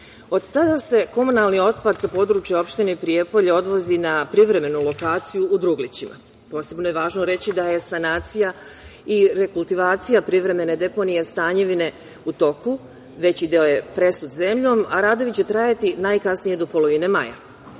Od tada se komunalni otpad sa područje opštine Prijepolje odvozi na privremenu lokaciju u Druglićima. Posebno je važno reći da je sanacija i rekultivacija privremene deponije Stanjevine u toku. Veći deo je presut zemljom, a radovi će trajati najkasnije do polovine